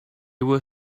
were